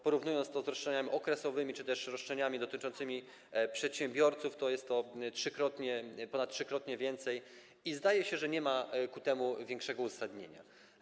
Porównując to z roszczeniami okresowymi czy też roszczeniami dotyczącymi przedsiębiorców, to jest to ponad trzykrotnie więcej i zdaje się, że nie ma ku temu większego uzasadnienia.